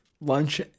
lunch